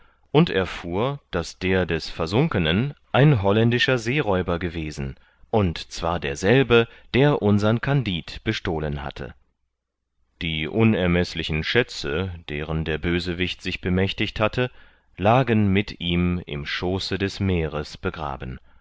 und erfuhr daß der des versunkenen ein holländischer seeräuber gewesen und zwar derselbe der unsern kandid bestohlen hatte die unermeßlichen schätze deren der bösewicht sich bemächtigt hatte lagen mit ihm im schooße des meeres begraben